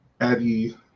Eddie